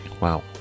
wow